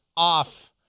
off